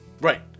right